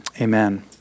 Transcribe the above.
Amen